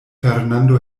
fernando